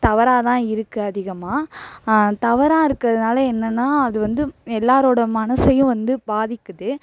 தவறாகதான் இருக்குது அதிகமாக தவறாக இருக்கிறதுனால என்னென்னா அது வந்து எல்லாேரோட மனதையும் வந்து பாதிக்குது